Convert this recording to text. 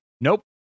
nope